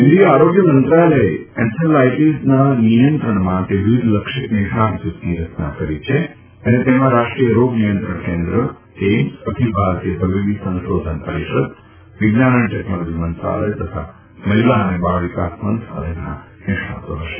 કેન્દ્રીય આરોગ્ય મંત્રાલયે એન્સેફેલાઈટીસના નિયંત્રણ માટે વિવિધલક્ષી નિષ્ણાત જૂથની રચના કરી છે તેમાં રાષ્ટ્રીય રોગ નિયંત્રણ કેન્દ્ર એઇમ્સ અખિલ ભારતીય તબીબી સંશોધન પરિષદ વિજ્ઞાન અને ટેકનોલોજી મંત્રાલય તથા મહિલા અને બાળ વિકાસ મંત્રાલયના નિષ્ણાતો હશે